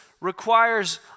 requires